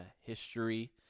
history